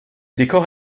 décor